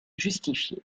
justifié